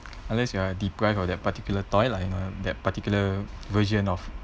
unless you are deprived of that particular toy lah you know that particular version of